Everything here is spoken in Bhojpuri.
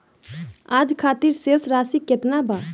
आज खातिर शेष राशि केतना बा?